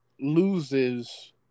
loses